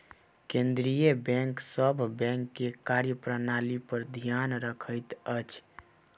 केंद्रीय बैंक सभ बैंक के कार्य प्रणाली पर ध्यान रखैत अछि